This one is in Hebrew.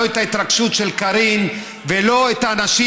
לא את ההתרגשות של קארין ולא את האנשים